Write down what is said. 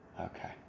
Okay